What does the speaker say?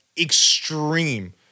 extreme